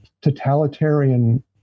totalitarian